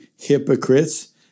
hypocrites